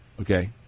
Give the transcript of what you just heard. Okay